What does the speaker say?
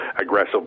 aggressive